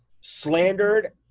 slandered